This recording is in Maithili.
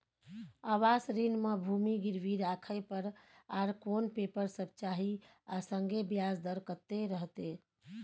आवास ऋण म भूमि गिरवी राखै पर आर कोन पेपर सब चाही आ संगे ब्याज दर कत्ते रहते?